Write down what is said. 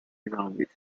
zombies